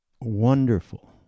wonderful